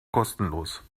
kostenlos